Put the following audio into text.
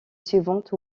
suivante